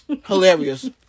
hilarious